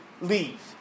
leave